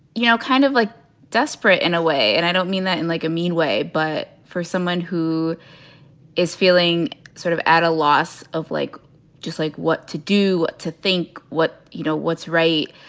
you know, kind of like desperate in a way. and i don't mean that in like a mean way. but for someone who is feeling sort of at a loss of like just like what to do to think what, you know, what's right.